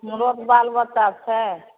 बालबच्चा छै